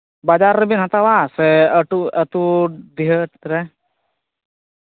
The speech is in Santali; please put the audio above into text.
ᱵᱟᱡᱟᱨ ᱨᱮᱵᱤᱱ ᱦᱟᱛᱟᱣᱟ ᱥᱮ ᱟᱹᱛᱩ ᱟᱹᱛᱩ ᱰᱤᱦᱟᱹᱛ ᱨᱮ